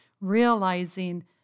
realizing